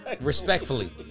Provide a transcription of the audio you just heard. respectfully